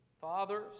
fathers